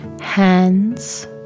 hands